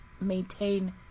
maintain